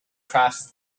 crafts